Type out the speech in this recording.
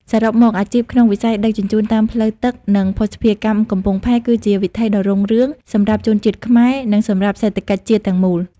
សរុបមក អាជីពក្នុងវិស័យដឹកជញ្ជូនតាមផ្លូវទឹក និងភស្តុភារកម្មកំពង់ផែ គឺជាវិថីដ៏រុងរឿងសម្រាប់ជនជាតិខ្មែរ និងសម្រាប់សេដ្ឋកិច្ចជាតិទាំងមូល។